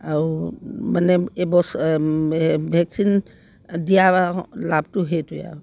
আৰু মানে এইবছৰ এই ভেকচিন দিয়া লাভটো সেইটোৱে আৰু